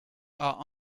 are